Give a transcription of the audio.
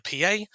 PA